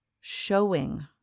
showing